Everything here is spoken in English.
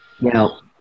Now